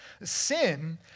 Sin